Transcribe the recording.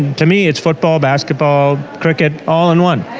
to me, it's football, basketball, cricket, all in one.